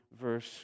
verse